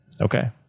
okay